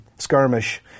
skirmish